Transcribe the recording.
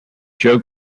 joke